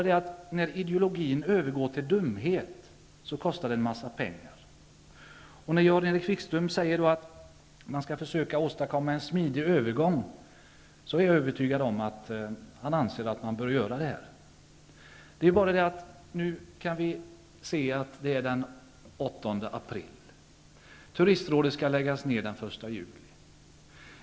Men när ideologin övergår till dumhet kostar det en massa pengar. När Jan-Erik Wikström säger att man skall försöka åstadkomma en smidig övergång, är jag övertygad om att han anser att man bör göra det här. Nu är det den 8 april. Turistrådet skall läggas ned den 1 juli.